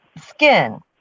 skin